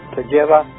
together